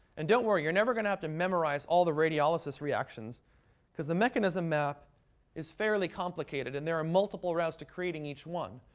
and don't worry, you're never going to have to memorize all the radiolysis reactions because the mechanism map is fairly complicated and there are multiple routes to creating each one.